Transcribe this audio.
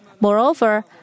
Moreover